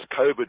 COVID